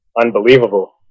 unbelievable